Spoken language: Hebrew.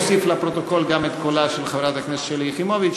אני מוסיף לפרוטוקול גם את קולה של חברת הכנסת שלי יחימוביץ,